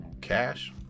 Cash